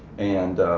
and